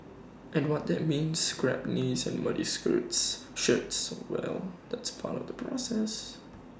and what that means scraped knees and muddy shirts well that's part of the process